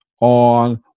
on